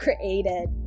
created